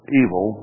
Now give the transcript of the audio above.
evil